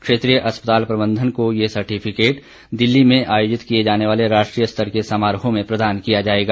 क्षेत्रीय अस्पताल प्रबंधन को ये सर्टिफिकेट दिल्ली में आयोजित किए जाने वाले राष्ट्रीय स्तर के समारोह में प्रदान किया जाएगा